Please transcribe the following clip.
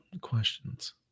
questions